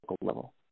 level